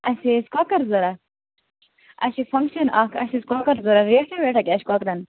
اسیٚے ٲسۍ کۄکر ضروٗرت اسہِ چھِ فَنٛکشَن اَکھ اسہِ ٲسۍ کۄکر ضروٗرت ریٹھا ویٹھا کیٛاہ چھِ کۄکرَن